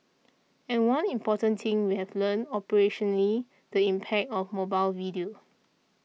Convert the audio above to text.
and one important thing we have learnt operationally the impact of mobile video